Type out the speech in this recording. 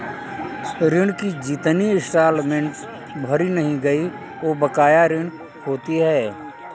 ऋण की जितनी इंस्टॉलमेंट भरी नहीं गयी वो बकाया ऋण होती है